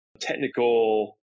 technical